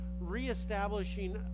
reestablishing